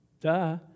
Duh